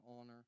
honor